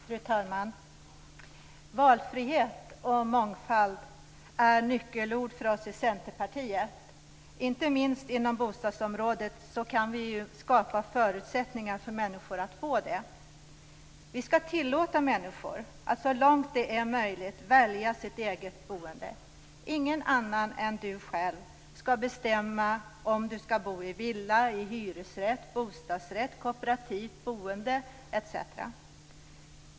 Fru talman! Valfrihet och mångfald är nyckelord för oss i Centerpartiet. Inte minst inom bostadsområdet kan vi skapa förutsättningar för människor att få detta. Vi skall tillåta människor att så långt det är möjligt välja sitt eget boende. Ingen annan än du själv skall bestämma om du skall bo i villa, hyresrätt, bostadsrätt, kooperativt boende, etc.